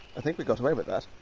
i think we got away with that.